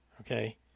Okay